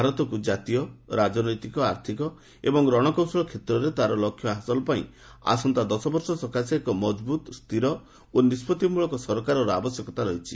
ଭାରତକୁ ଜାତୀୟ ରାଜନୈତିକ ଆର୍ଥିକ ଏବଂ ରଣକୌଶଳ କ୍ଷେତ୍ରରେ ତାର ଲକ୍ଷ୍ୟ ହାସଲ ପାଇଁ ଆସନ୍ତା ଦଶବର୍ଷ ସକାଶେ ଏକ ମକଭୁତ ସ୍ଥିର ଓ ନିଷ୍ପଭି ମୂଳକ ସରକାରର ଆବଶ୍ୟକତା ରହିଛି